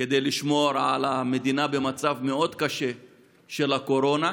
כדי לשמור על המדינה במצב המאוד-קשה של הקורונה,